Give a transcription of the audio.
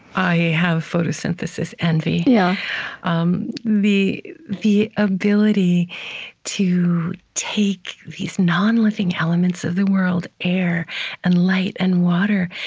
i have photosynthesis envy. yeah um the the ability to take these non-living elements of the world, air and light and water,